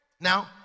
now